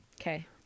Okay